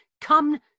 come